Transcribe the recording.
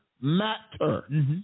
matter